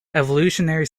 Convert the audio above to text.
evolutionary